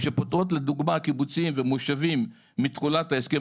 שפוטרות לדוגמה קיבוצים ומושבים מתחולת ההסכם